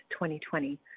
2020